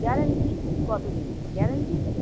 guarantee কত দিন guarantee তো